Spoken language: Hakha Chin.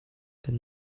kan